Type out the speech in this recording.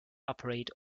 operate